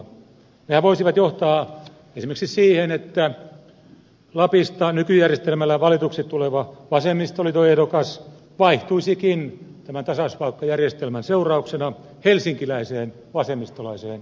nehän voisivat johtaa esimerkiksi siihen että lapista nykyjärjestelmällä valituksi tuleva vasemmistoliiton ehdokas vaihtuisikin tämän tasauspaikkajärjestelmän seurauksena helsinkiläiseen vasemmistolaiseen ehdokkaaseen